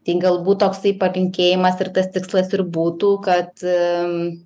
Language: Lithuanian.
tai galbūt toksai palinkėjimas ir tas tikslas ir būtų kad